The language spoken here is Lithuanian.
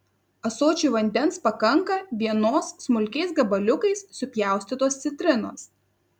ąsočiui vandens pakanka vienos smulkiais gabaliukais supjaustytos citrinos